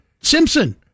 simpson